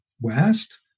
west